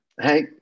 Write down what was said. Hey